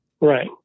Right